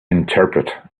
interpret